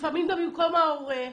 לפעמים גם במקום ההורה,